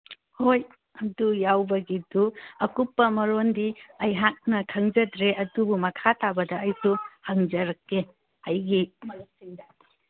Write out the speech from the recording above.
ꯍꯣꯏ ꯑꯗꯨ ꯌꯥꯎꯕꯒꯤꯗꯨ ꯑꯀꯨꯞꯄ ꯃꯔꯣꯜꯗꯤ ꯑꯩꯍꯥꯛꯅ ꯈꯪꯖꯗ꯭ꯔꯦ ꯑꯗꯨꯕꯨ ꯃꯈꯥ ꯇꯥꯕꯗ ꯑꯩꯁꯨ ꯍꯪꯖꯔꯛꯀꯦ ꯑꯩꯒꯤ ꯃꯔꯨꯞꯁꯤꯡꯗ